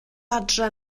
adre